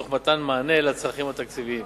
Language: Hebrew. תוך מתן מענה לצרכים התקציביים.